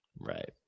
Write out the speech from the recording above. Right